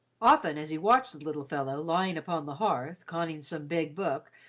often as he watched the little fellow lying upon the hearth, conning some big book,